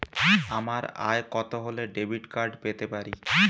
আমার আয় কত হলে ডেবিট কার্ড পেতে পারি?